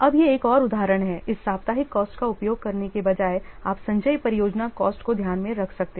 अब यह एक और उदाहरण है इस साप्ताहिक कॉस्ट का उपयोग करने के बजाय आप संचयी परियोजना कॉस्ट को ध्यान में रख सकते हैं